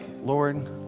Lord